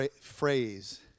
phrase